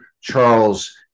Charles